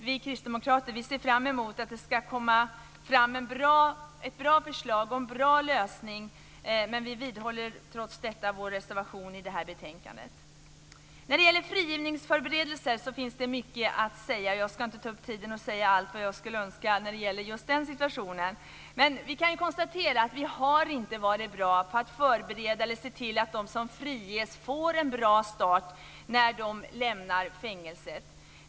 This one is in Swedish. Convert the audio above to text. Vi kristdemokrater ser fram emot ett bra förslag och en bra lösning men vidhåller trots detta vår reservation i betänkandet. När det gäller frigivningsförberedelser finns det mycket att säga. Jag ska inte ta upp tid med att nämna allt jag skulle önska beträffande just den situationen. Men vi kan konstatera att vi inte har varit bra på att förbereda eller se till att de som friges får en bra start när de lämnar fängelset.